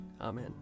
Amen